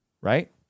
right